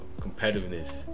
competitiveness